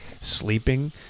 sleeping